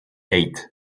eight